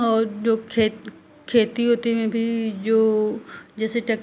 और जो खेत खेती ओती में भी जो जैसे टेक